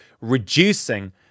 reducing